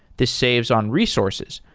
this saves on resources,